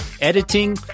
editing